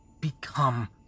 become